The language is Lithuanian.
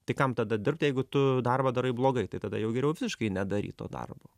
tai kam tada dirbt jeigu tu darbą darai blogai tai tada jau geriau visiškai nedaryt to darbo